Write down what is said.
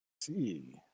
See